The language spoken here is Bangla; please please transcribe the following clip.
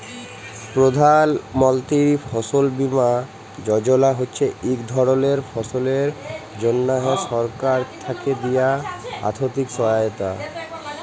প্রধাল মলতিরি ফসল বীমা যজলা হছে ইক ধরলের ফসলের জ্যনহে সরকার থ্যাকে দিয়া আথ্থিক সহায়তা